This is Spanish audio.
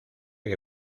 que